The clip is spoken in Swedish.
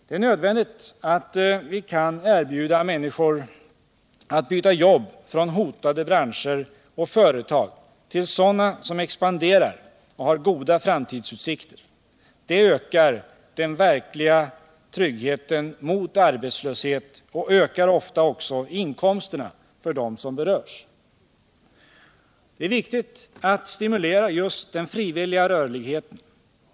Det är nödvändigt att vi kan erbjuda människor att byta jobb från hotade branscher och företag till sådana som expanderar och har goda framtidsutsikter. Det ökar den verkliga tryggheten mot arbetslöshet och ökar ofta också inkomsterna för dem som berörs. Det är viktigt att stimulera just den frivilliga rörligheten.